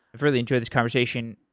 i've really enjoyed this conversation.